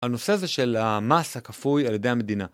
הנושא זה של המס הכפוי על ידי המדינה.